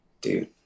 dude